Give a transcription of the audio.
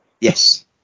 Yes